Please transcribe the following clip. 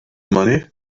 money